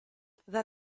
the